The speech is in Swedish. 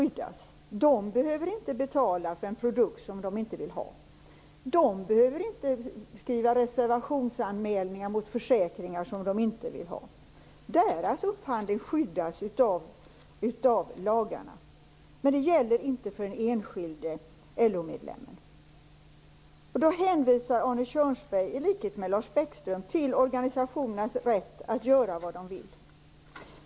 De behöver inte betala för en produkt som de inte vill ha. De behöver inte skriva reservationsanmälningar mot försäkringar som de inte vill ha. Deras upphandling skyddas av lagarna. Men det gäller inte för den enskilde LO-medlemmen. Arne Kjörnsberg hänvisar då, i likhet med Lars Bäckström, till organisationernas rätt att göra vad de vill.